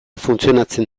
funtzionatzen